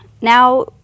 now